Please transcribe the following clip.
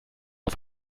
auf